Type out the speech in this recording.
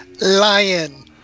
Lion